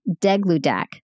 degludac